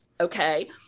okay